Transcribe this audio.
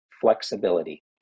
flexibility